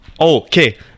okay